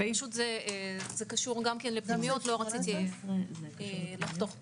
זה קשור גם כן לפנימיות לכן לא רציתי לחתוך פה.